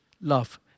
love